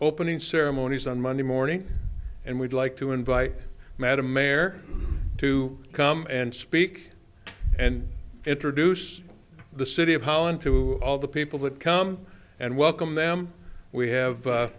opening ceremonies on monday morning and we'd like to invite madam mayor to come and speak and introduce the city of holland to all the people that come and welcome them we have